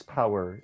power